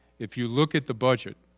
if you look at the budget,